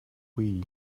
wii